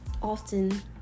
often